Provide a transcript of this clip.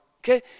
Okay